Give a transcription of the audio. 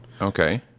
Okay